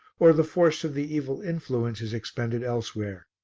or the force of the evil influence is expended elsewhere.